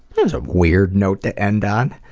that was a weird note to end on!